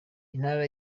intara